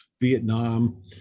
Vietnam